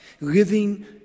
Living